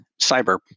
cyber